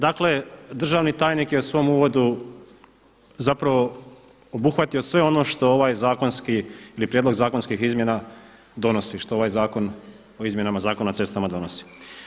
Dakle državni tajnik je u svom uvodu zapravo obuhvatio sve ono što ovaj zakonski ili prijedlog zakonskih izmjena donosi, što ovaj Zakon o izmjenama Zakona o cestama donosi.